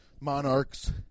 Monarchs